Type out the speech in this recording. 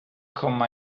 komma